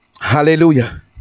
Hallelujah